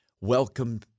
Welcome